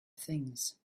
things